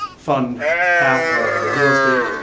fund half of the real estate,